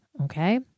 Okay